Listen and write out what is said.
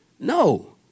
No